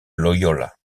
loyola